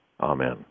amen